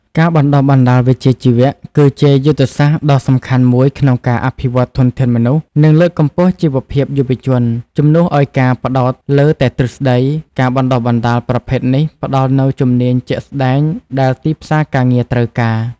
ការបណ្តុះបណ្តាលវិជ្ជាជីវៈ គឺជាយុទ្ធសាស្ត្រដ៏សំខាន់មួយក្នុងការអភិវឌ្ឍធនធានមនុស្ស និងលើកកម្ពស់ជីវភាពយុវជន។ ជំនួសឱ្យការផ្តោតលើតែទ្រឹស្តី ការបណ្តុះបណ្តាលប្រភេទនេះផ្តល់នូវជំនាញជាក់ស្តែងដែលទីផ្សារការងារត្រូវការ។